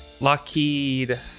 Lockheed